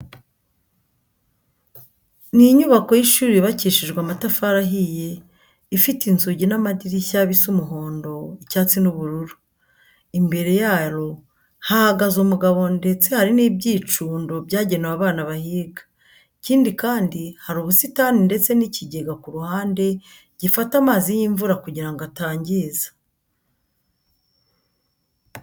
Ni inyubako y'ishuri yubakishijwe amatafari ahiye, ifite inzugi n'amadirishya bisa umuhondo, icyatsi n'ubururu. Imbere yaro hahagaze umugabo ndetse hari n'ibyicundo byagenewe abana bahiga. Ikindi kandi, hari ubusitani ndetse n'ikigega ku ruhande gifata amazi y'imvura kugira ngo atangiza.